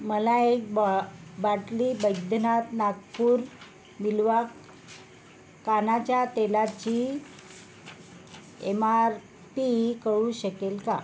मला एक बॉ बाटली बैद्यनाथ नागपूर बिल्वा कानाच्या तेलाची एम आर पी कळू शकेल का